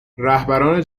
رهبران